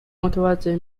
متوجه